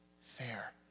fair